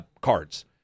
cards